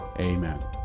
amen